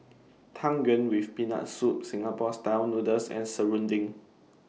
Tang Yuen with Peanut Soup Singapore Style Noodles and Serunding